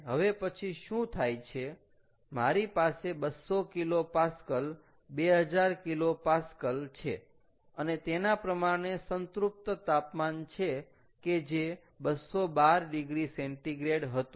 હવે પછી શું થાય છે મારી પાસે 200 kPa 2000 kPa છે અને તેના પ્રમાણે સંતૃપ્ત તાપમાન છે કે જે 212॰C હતું